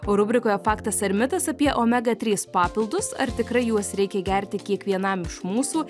o rubrikoje faktas ar mitas apie omega trys papildus ar tikrai juos reikia gerti kiekvienam iš mūsų